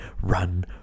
run